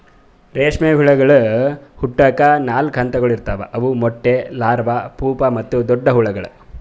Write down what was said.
ರೇಷ್ಮೆ ಹುಳಗೊಳ್ ಹುಟ್ಟುಕ್ ನಾಲ್ಕು ಹಂತಗೊಳ್ ಇರ್ತಾವ್ ಅವು ಮೊಟ್ಟೆ, ಲಾರ್ವಾ, ಪೂಪಾ ಮತ್ತ ದೊಡ್ಡ ಹುಳಗೊಳ್